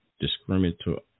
discriminatory